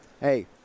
hey